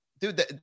Dude